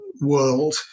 world